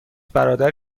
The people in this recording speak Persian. برادر